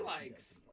likes